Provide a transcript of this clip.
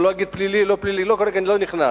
אני לא אגיד פלילי, לא פלילי, אני כרגע לא נכנס,